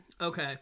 Okay